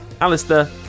Alistair